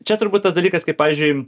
čia turbūt tas dalykas kaip pavyzdžiui